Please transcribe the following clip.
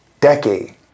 decade